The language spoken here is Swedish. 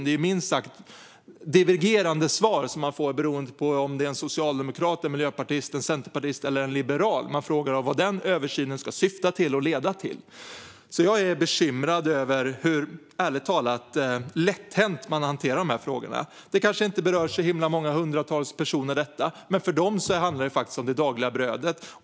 Här får man minst sagt divergerande svar beroende på om det är en socialdemokrat, en miljöpartist, en centerpartist eller en liberal man frågar vad översynen ska syfta till och leda till. Jag är bekymrad över hur lättvindigt man hanterar dessa frågor. Det kanske inte berör så många hundra personer, men för dem handlar det om deras dagliga bröd.